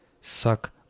suck